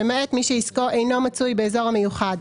למעט מי שעסקו אינו מצוי באזור המיוחד,